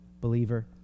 believer